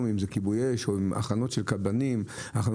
כיבוי האש, הכנות של מבנים.